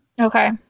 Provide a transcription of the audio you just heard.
Okay